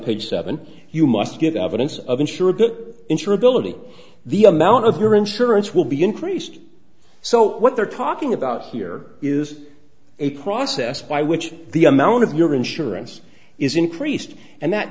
page seven you must give evidence of ensure good insurability the amount of your insurance will be increased so what they're talking about here is a process by which the amount of your insurance is increased and that